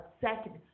second